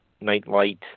nightlight